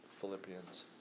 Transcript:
philippians